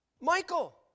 Michael